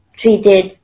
treated